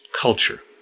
culture